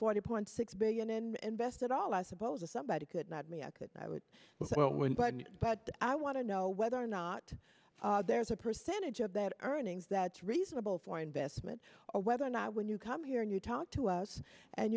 forty point six billion and best of all i suppose if somebody could not me i could i would but i want to know whether or not there's a percentage of that earnings that's reasonable for investment or whether or not when you come here and you talk to us and